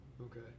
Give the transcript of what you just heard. Okay